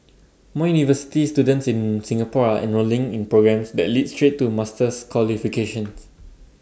more university students in Singapore are enrolling in programmes that lead straight to master's qualifications